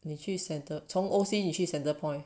你去 center 从 O_C 你去 centrepoint